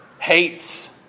hates